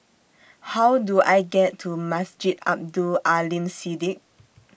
How Do I get to Masjid Abdul Aleem Siddique